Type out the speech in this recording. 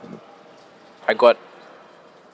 I got